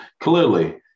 Clearly